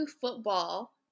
football